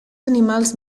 animals